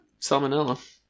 Salmonella